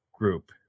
group